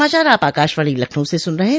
यह समाचार आप आकाशवाणी लखनऊ से सुन रहे हैं